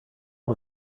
all